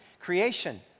Creation